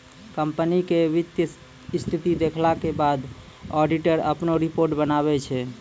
company के वित्तीय स्थिति देखला के बाद ऑडिटर अपनो रिपोर्ट बनाबै छै